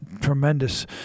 tremendous –